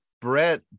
Brett